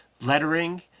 lettering